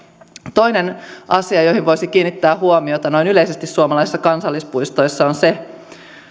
toinen asia johon voisi kiinnittää huomiota noin yleisesti suomalaisissa kansallispuistoissa on se